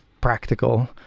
practical